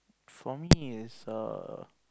for me is err